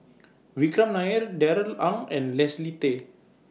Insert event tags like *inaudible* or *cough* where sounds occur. *noise* Vikram Nair Darrell Ang and Leslie Tay